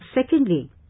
Secondly